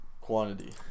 quantity